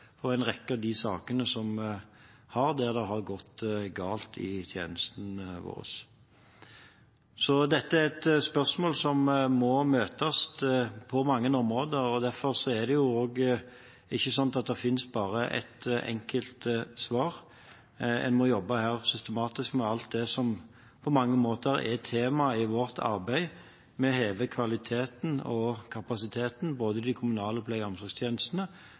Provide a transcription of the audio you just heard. en rekke av sakene der det har gått galt i tjenestene våre. Dette er et spørsmål som må møtes på mange områder, og derfor er det ikke slik at det finnes bare ett enkelt svar. En må jobbe systematisk med alt det som på mange måter er temaet i vårt arbeid med å heve kvaliteten og kapasiteten i de kommunale pleie- og omsorgstjenestene,